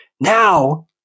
Now